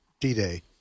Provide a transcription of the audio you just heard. D-Day